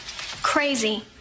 crazy